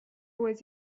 was